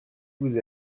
vous